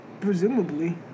Presumably